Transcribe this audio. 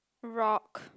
rock